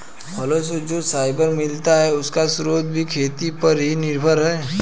फलो से जो फाइबर मिलता है, उसका स्रोत भी खेती पर ही निर्भर है